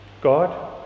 God